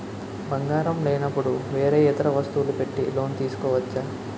బంగారం లేనపుడు వేరే ఇతర వస్తువులు పెట్టి లోన్ తీసుకోవచ్చా?